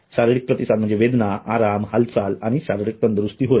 शारीरिक प्रतिसाद म्हणजे वेदना आराम हालचाल आणि शारीरिक तंदुरुस्ती होय